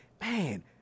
man